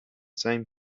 same